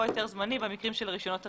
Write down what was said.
או היתר זמני במקרים של הרישיונות הרגילים.